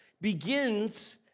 begins